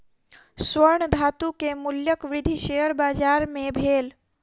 स्वर्ण धातु के मूल्यक वृद्धि शेयर बाजार मे भेल